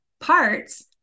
parts